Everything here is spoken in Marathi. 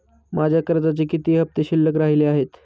माझ्या कर्जाचे किती हफ्ते शिल्लक राहिले आहेत?